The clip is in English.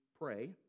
pray